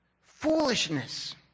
Foolishness